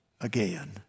again